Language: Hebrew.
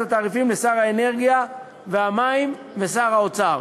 התעריפים לשר האנרגיה והמים ושר האוצר,